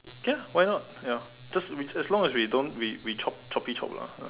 okay ah why not ya just we just as long as we don't we we chop choppy chop lor ha